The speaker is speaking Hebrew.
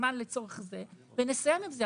הזמן לצורך זה, ונסיים עם זה.